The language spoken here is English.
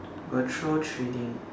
virtual trading